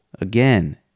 Again